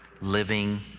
living